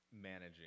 managing